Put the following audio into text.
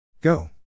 Go